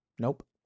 Nope